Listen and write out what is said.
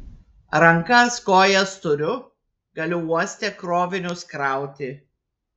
rankas kojas turiu galiu uoste krovinius krauti